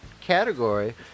category